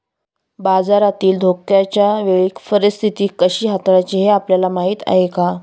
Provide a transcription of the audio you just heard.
बाजारातील धोक्याच्या वेळी परीस्थिती कशी हाताळायची हे आपल्याला माहीत आहे का?